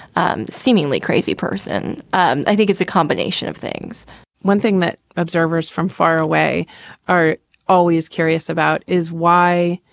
and seemingly crazy person. um i think it's a combination of things one thing that observers from far away are always curious about is why?